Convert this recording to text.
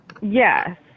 Yes